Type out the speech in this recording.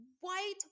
white